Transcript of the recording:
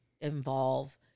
involve